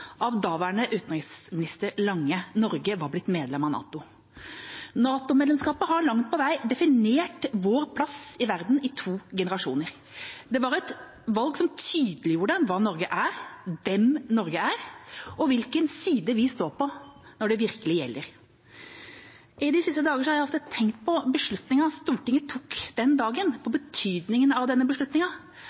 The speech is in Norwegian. av daværende utenriksminister Lange. Norge var blitt medlem av NATO. NATO-medlemskapet har langt på vei definert vår plass i verden i to generasjoner. Det var et valg som tydeliggjorde hva Norge er, hvem Norge er, og hvilken side vi står på når det virkelig gjelder. I de siste dager har jeg ofte tenkt på beslutningen Stortinget tok den dagen, på betydningen av denne